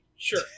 Sure